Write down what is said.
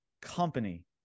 company